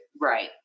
right